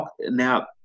now